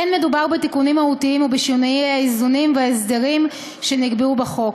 אין מדובר בתיקונים מהותיים או בשינוי האיזונים וההסדרים שנקבעו בחוק.